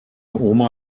oma